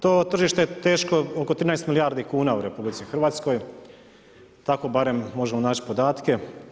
To tržište je teško oko 13 milijardi kuna u RH, tako barem možemo naći podatke.